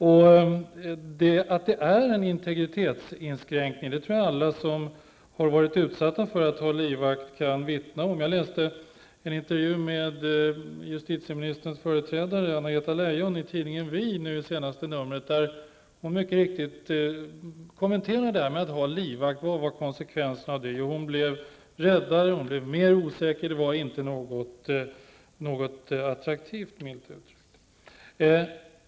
Jag tror att alla som har varit utsatta för att ha livvakt kan vittna om att det är en integritetsinskränkning. Jag läste en intervju med justitieministerns företrädare, Anna-Greta Leijon, i senaste numret av tidningen Vi. Hon kommenterar där detta med att ha livvakt. Konsekvensen av detta var att hon blev räddare och mer osäker. Det var inte särskilt attraktivt, milt uttryckt.